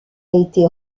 été